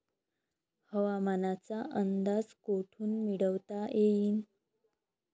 हवामानाचा अंदाज कोठून मिळवता येईन?